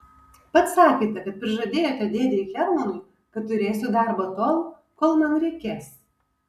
pats sakėte kad prižadėjote dėdei hermanui kad turėsiu darbą tol kol man reikės